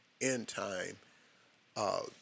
End-time